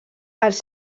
els